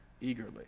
eagerly